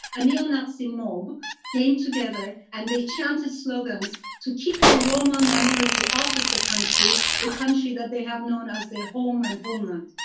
a neo-nazi mob came together and they chanted slogans to keep the roma minority out of the country, the country that they have known as their home and homeland.